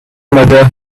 mother